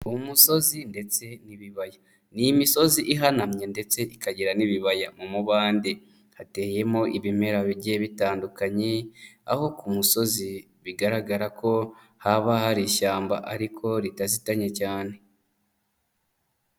Umusozi ndetse n'ibibaya ni imisozi ihanamye ndetse ikagira n'ibibaya mu mubande hateyemo ibimera bigiye bitandukanye, aho ku musozi bigaragara ko haba hari ishyamba ariko ritazitanye cyane.